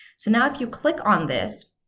so now if you click on this,